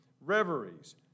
reveries